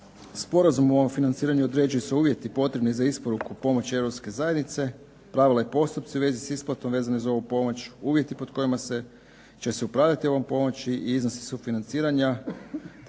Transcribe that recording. o ovom financiranju određuju se uvjeti potrebni za isporuku i pomoć Europske zajednice, pravila i postupci u vezi sa isplatom vezani za ovu pomoć, uvjeti pod kojima će se upravljati ovom pomoći i iznosi sufinanciranja,